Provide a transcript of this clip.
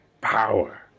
power